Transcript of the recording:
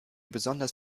besonders